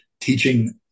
teaching